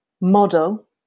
model